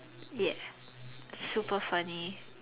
ya super funny